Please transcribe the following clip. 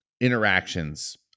interactions